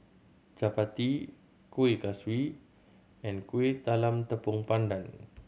chappati Kueh Kaswi and Kueh Talam Tepong Pandan